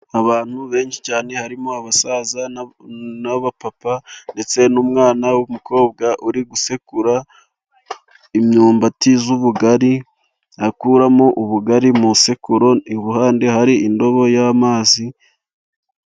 Abantu benshi cyane harimo abasaza n'abapapa, ndetse n'umwana w'umukobwa uri gusekura imyumbati y'ubugari, akuramo ubugari mu isekuru, iruhande hari indobo y'amazi.